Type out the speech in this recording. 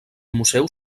museu